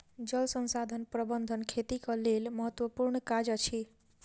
जल संसाधन प्रबंधन खेतीक लेल महत्त्वपूर्ण काज अछि